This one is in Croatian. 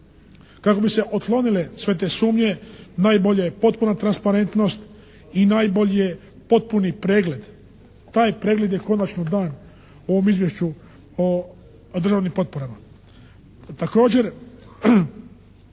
Kako bi se otklonile sve te sumnje najbolje je potpuna transparentnost i najbolji je potpuni pregled. Taj pregled je konačno dan u ovom Izvješću o državnim potporama.